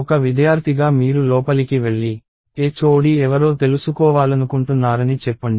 ఒక విద్యార్థిగా మీరు లోపలికి వెళ్లి HOD ఎవరో తెలుసుకోవాలనుకుంటున్నారని చెప్పండి